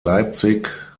leipzig